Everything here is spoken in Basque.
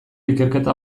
ikerketa